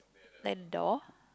land door